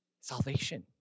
salvation